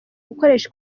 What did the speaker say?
gukoresha